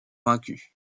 vaincu